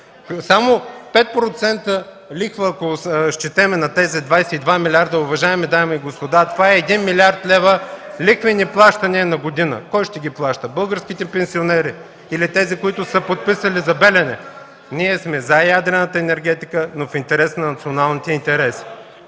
5% лихва на тези 22 милиарда, уважаеми дами и господа, това е 1 млрд. лв. лихвени плащания на година! Кой ще ги плаща? Българските пенсионери! Или тези, които са подписали за „Белене”? Ние сме за ядрената енергетика, но в полза на националните интереси.